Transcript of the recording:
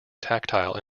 tactile